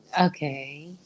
Okay